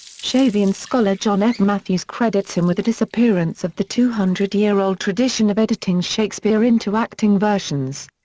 shavian scholar john f. matthews credits him with the disappearance of the two-hundred-year-old tradition of editing shakespeare into acting versions.